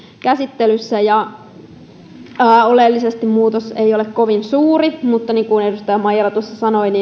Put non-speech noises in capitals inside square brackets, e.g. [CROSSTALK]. käsittelyssä oleellisesti muutos ei ole kovin suuri mutta niin kuin edustaja maijala tuossa sanoi [UNINTELLIGIBLE]